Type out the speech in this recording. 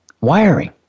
wiring